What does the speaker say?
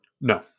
No